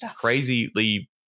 crazily